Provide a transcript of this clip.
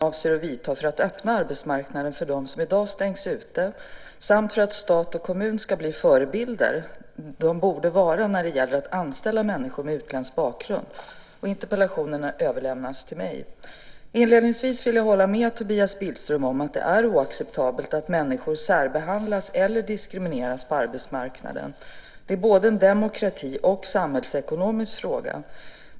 Fru talman! Tobias Billström har med hänvisning till situationen för invandrade på arbetsmarknaden frågat statsrådet Hans Karlsson vilka åtgärder han avser att vidta för att öppna arbetsmarknaden för dem som i dag stängs ute samt för att stat och kommun ska bli de förebilder de borde vara när det gäller att anställa människor med utländsk bakgrund. Interpellationen har överlämnats till mig. Inledningsvis vill jag hålla med Tobias Billström om att det är oacceptabelt att människor särbehandlas eller diskrimineras på arbetsmarknaden. Det är både en demokratifråga och en samhällsekonomisk fråga.